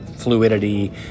Fluidity